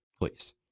please